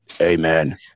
Amen